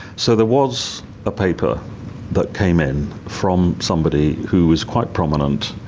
so there was a paper that came in from somebody who was quite prominent,